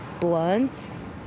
blunts